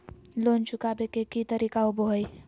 Loan चुकाबे के की तरीका होबो हइ?